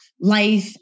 life